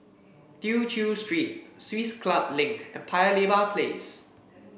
Tew Chew Street Swiss Club Link and Paya Lebar Place